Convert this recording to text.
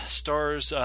stars